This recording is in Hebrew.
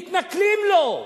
מתנכלים לו,